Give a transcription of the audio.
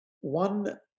One